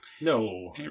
No